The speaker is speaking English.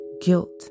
guilt